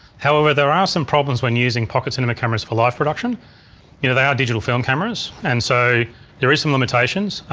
however there are some problems when using pocket cinema cameras for live production. you know with our digital film cameras and so there is some limitations.